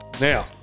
Now